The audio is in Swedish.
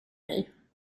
mig